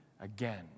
again